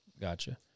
Gotcha